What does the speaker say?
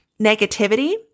negativity